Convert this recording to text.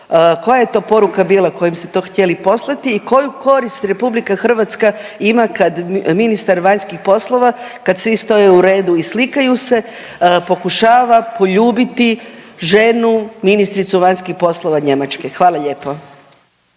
Koja je to poruka bila kojim ste to htjeli poslati i koju korist RH ima kad ministar vanjskih poslova kad svi stoje u redu i slikaju se pokušava poljubiti ženu ministricu vanjskih poslova Njemačke? Hvala lijepo.